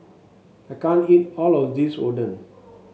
I can't eat all of this Oden